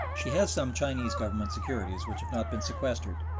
she has some chinese government securities which have not been sequestered,